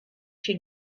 she